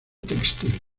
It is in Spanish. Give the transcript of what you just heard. textil